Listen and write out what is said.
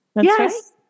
Yes